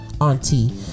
auntie